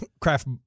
craft